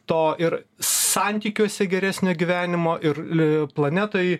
to ir santykiuose geresnio gyvenimo ir planetoj